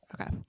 okay